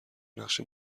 نقش